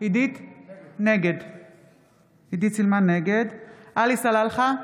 נגד עלי סלאלחה,